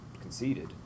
conceded